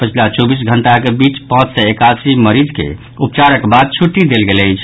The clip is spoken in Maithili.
पछिला चौबीस घंटाक बीच पांच सय एकासी मरीज के उपचारक बाद छुट्टी देल गेल अछि